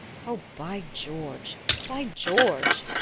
oh, by george by george,